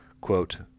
quote